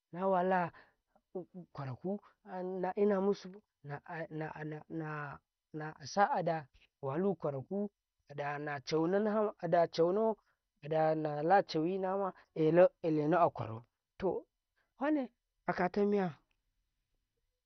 ﻿na wala ƙwaraku naina musu nana na asa ada walu ƙwaraku adana caunaunu ada caunau ada nawa ilena aƙwarau to wane aka ta miya.